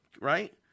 Right